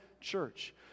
church